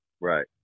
Right